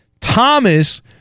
Thomas